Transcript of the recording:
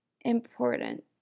important